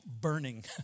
burning